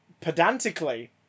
pedantically